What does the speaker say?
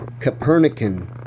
Copernican